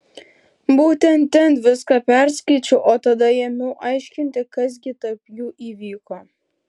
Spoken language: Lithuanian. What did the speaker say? būtent ten viską perskaičiau o tada ėmiau aiškintis kas gi tarp jų įvyko